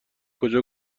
کجا